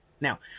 Now